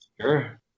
Sure